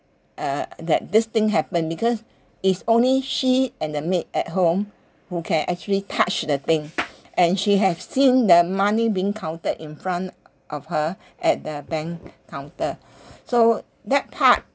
uh that this thing happened because it's only she and the maid at home who can actually touch the thing and she has seen the money being counted in front of her at the bank counter so that part